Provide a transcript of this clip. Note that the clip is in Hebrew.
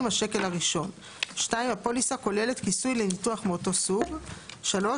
"השקל הראשון"; (2) הפוליסה כוללת כיסוי לניתוח מאותו סוג; (3)